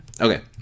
Okay